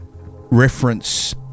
reference